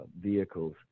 vehicles